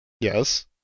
yes